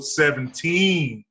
seventeen